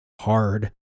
hard